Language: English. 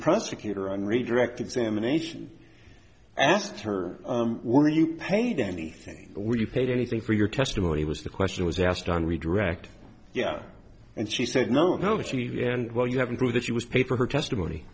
prosecutor on redirect examination asked her were you paid anything were you paid anything for your testimony was the question was asked on redirect yeah and she said no apology and well you haven't proved that she was paid for her testimony